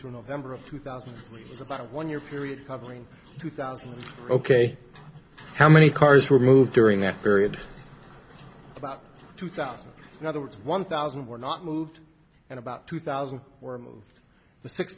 through november of two thousand it was about a one year period covering two thousand ok how many cars were moved during that period about two thousand and other words one thousand were not moved and about two thousand were move